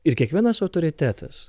ir kiekvienas autoritetas